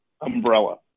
umbrella